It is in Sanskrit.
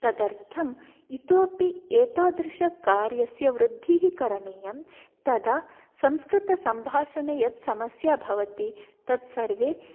तदर्थम् इतोपि एतादृशकार्यस्य वृद्धिः करणीयं तदा संस्कृतसम्भाषणे यत् समस्या भवति तत् सर्वं